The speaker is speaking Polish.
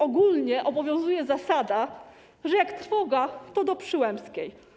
Ogólnie obowiązuje zasada, że jak trwoga, to do Przyłębskiej.